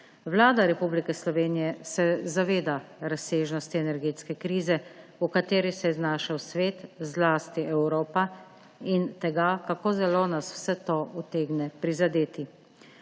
Vlada Republike Slovenije se zaveda razsežnosti energetske krize, v kateri se je znašel svet, zlasti Evropa, in tega, kako zelo nas vse to utegne prizadeti.